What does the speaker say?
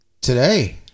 Today